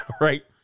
right